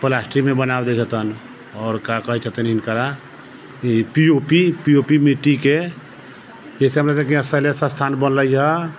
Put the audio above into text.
plastic मे बना देल जेतनि आओर का कहै छथिन हिनकरा ई P O P P O P मिट्टी के जैसे अपना सबके यहाँ सलेस स्थान बनलै हँ